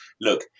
look